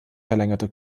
verlängerte